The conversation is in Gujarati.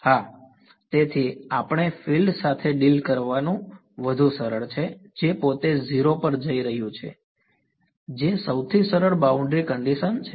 હા તેથી આપણે ફીલ્ડ સાથે ડીલ કરવું વધુ સરળ છે જે પોતે 0 પર જઈ રહ્યું છે જે સૌથી સરળ બાઉન્ડ્રી કંડીશન છે